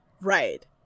Right